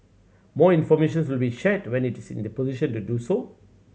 more information will be shared when it is in a position to do so